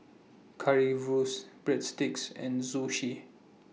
Currywurst Breadsticks and Zosui